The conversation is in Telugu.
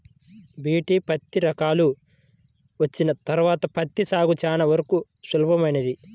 బీ.టీ పత్తి రకాలు వచ్చిన తర్వాత పత్తి సాగు చాలా వరకు సులభతరమైంది